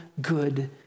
good